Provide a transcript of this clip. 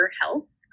Health